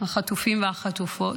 החטופים והחטופות,